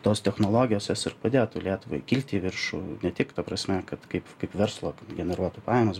tos technologijos jos ir padėtų lietuvai kilti į viršų ne tik ta prasme kad kaip kaip verslo generuotų pajamas